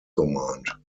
command